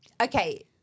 Okay